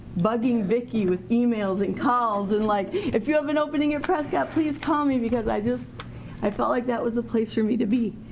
bugging vicki with emails and calls and like if you have an opening at prescott please call me, because i just felt like that was the place for me to be.